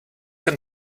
can